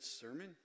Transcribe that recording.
sermon